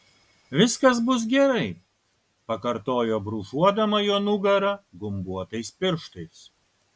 viskas bus gerai pakartojo brūžuodama jo nugarą gumbuotais pirštais